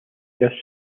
their